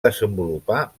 desenvolupar